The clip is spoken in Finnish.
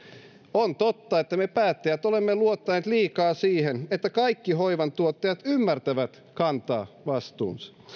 on totta että me päättäjät olemme luottaneet liikaa siihen että kaikki hoivantuottajat ymmärtävät kantaa vastuunsa